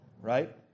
right